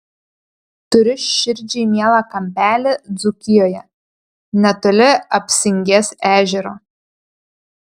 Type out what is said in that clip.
turiu širdžiai mielą kampelį dzūkijoje netoli apsingės ežero